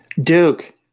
Duke